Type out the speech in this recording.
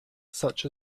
such